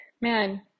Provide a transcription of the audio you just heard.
man